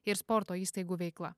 ir sporto įstaigų veikla